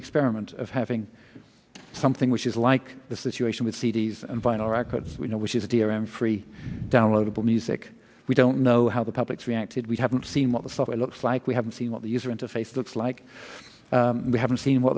experiment of having something which is like the situation with c d s and vinyl records we know which is a dram free downloadable music we don't know how the public reacted we haven't seen what the software looks like we haven't seen what the user interface looks like we haven't seen